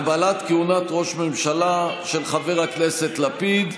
הגבלת כהונת ראש הממשלה), של חבר הכנסת לפיד,